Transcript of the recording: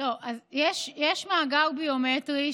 יש מאגר ביומטרי,